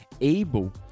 able